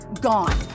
gone